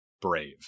brave